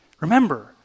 Remember